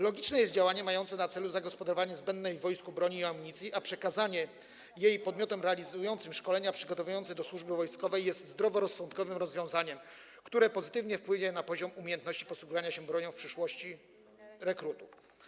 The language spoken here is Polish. Logiczne jest działanie mające na celu zagospodarowanie zbędnej w wojsku broni i amunicji, a przekazanie jej podmiotom realizującym szkolenia przygotowujące do służby wojskowej jest zdroworozsądkowym rozwiązaniem, które pozytywnie wpłynie na poziom umiejętności posługiwania się przez rekrutów bronią w przyszłości.